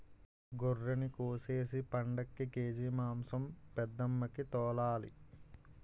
గొర్రినికోసేసి పండక్కి కేజి మాంసం పెద్దమ్మికి తోలాలి